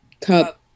cup